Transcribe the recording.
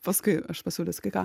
paskui aš pasiūlysiu kai ką